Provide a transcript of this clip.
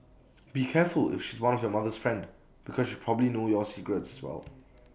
be careful if she's one of your mother's friend because she probably knows your secrets as well